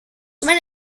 when